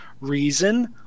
reason